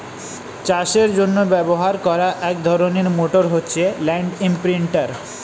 চাষের জন্য ব্যবহার করা এক ধরনের মোটর হচ্ছে ল্যান্ড ইমপ্রিন্টের